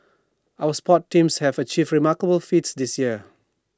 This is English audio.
our sports teams have achieved remarkable feats this year